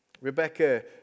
Rebecca